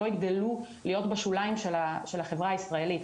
יגדלו להיות בשוליים של החברה הישראלית.